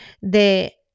de